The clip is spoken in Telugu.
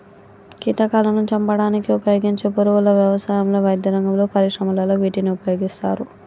కీటకాలాను చంపడానికి ఉపయోగించే పురుగుల వ్యవసాయంలో, వైద్యరంగంలో, పరిశ్రమలలో వీటిని ఉపయోగిస్తారు